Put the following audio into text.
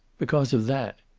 because of that!